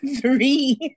three